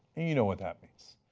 you know what that means.